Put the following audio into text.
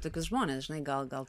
tokius žmones žinai gal gal